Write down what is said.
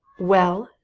well?